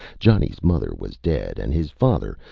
johnny's mother was dead and his father,